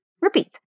Repeat